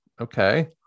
Okay